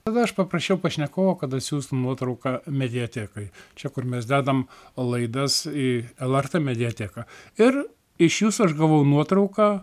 tada aš paprašiau pašnekovo kad atsiųstų nuotrauką mediatekai čia kur mes dedam laidas į lrt mediateką ir iš jūsų aš gavau nuotrauką